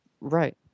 Right